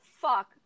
fuck